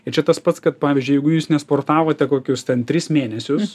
ir čia tas pats kad pavyzdžiui jeigu jūs nesportavote kokius ten tris mėnesius